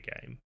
game